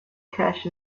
cash